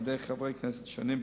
של חברי כנסת שונים,